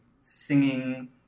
singing